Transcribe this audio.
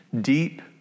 Deep